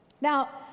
Now